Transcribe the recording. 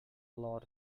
lot